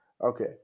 Okay